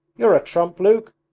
you're a trump, luke!